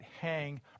hang